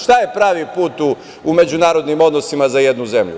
Šta je pravi put u međunarodnim odnosima za jednu zemlju?